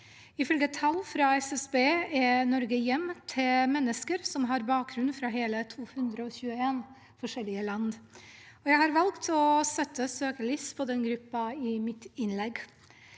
Ifølge tall fra SSB er Norge hjem til mennesker som har bakgrunn fra hele 221 forskjellige land. Jeg har valgt å sette søkelyset på den gruppen i mitt innlegg,